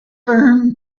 firm